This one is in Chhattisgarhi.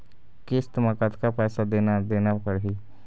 किस्त म कतका पैसा देना देना पड़ही?